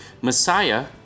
Messiah